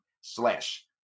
slash